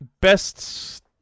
Best